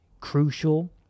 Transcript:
crucial